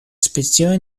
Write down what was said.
specioj